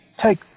take